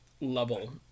level